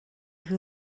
who